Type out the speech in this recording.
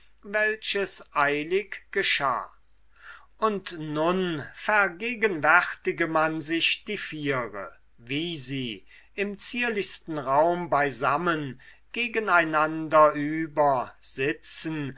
welches eilig geschah und nun vergegenwärtige man sich die viere wie sie im zierlichsten raum beisammen gegen einander über sitzen